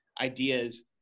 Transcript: ideas